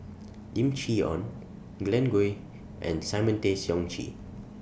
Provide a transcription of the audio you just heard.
Lim Chee Onn Glen Goei and Simon Tay Seong Chee